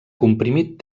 comprimit